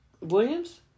Williams